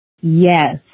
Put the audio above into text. Yes